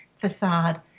facade